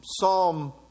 Psalm